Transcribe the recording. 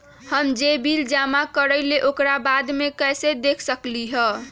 हम जे बिल जमा करईले ओकरा बाद में कैसे देख सकलि ह?